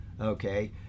okay